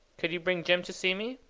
could you bring jim to see me?